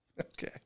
okay